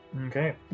Okay